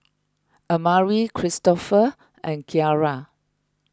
Amari Kristofer and Kiara